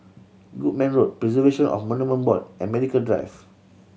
Goodman Road Preservation of Monument Board and Medical Drive